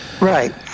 right